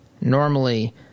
normally